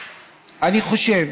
אני חושב